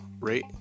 rate